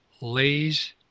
lays